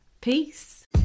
peace